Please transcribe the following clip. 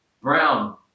brown